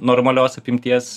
normalios apimties